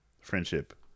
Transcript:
Friendship